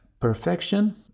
perfection